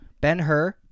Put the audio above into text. Ben-Hur